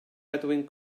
edwyn